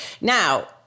Now